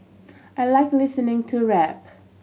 I like listening to rap